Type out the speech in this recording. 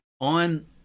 on